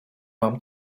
mam